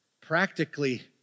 practically